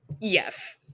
Yes